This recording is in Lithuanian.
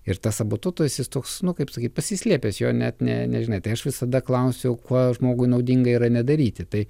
ir tas sabotuotojas jis toks nu kaip sakyt pasislėpęs jo net ne nežinai aš visada klausiau kuo žmogui naudinga yra nedaryti tai